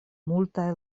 multaj